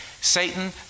Satan